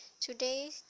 Today